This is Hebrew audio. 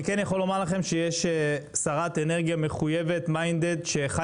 אני יכול לומר לכם שיש שרת אנרגיה מחויבת שחיה